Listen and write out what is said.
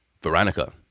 Veronica